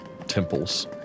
temples